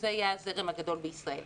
שזה יהיה הזרם הגדול בישראל.